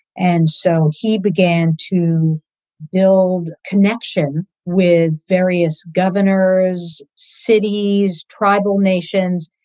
and so he began to build connections with various governors, cities, tribal nations,